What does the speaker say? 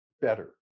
better